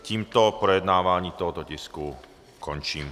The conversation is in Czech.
Tím projednávání tohoto tisku končím.